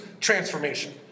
transformation